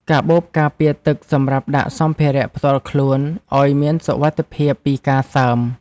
កាបូបការពារទឹក សម្រាប់ដាក់សម្ភារៈផ្ទាល់ខ្លួនឱ្យមានសុវត្ថិភាពពីការសើម។